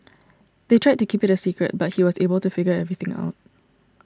they tried to keep it a secret but he was able to figure everything out